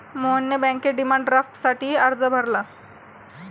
मोहनने बँकेत डिमांड ड्राफ्टसाठी अर्ज भरला